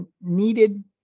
needed